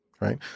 right